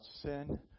sin